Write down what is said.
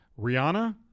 Rihanna